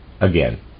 Again